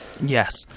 Yes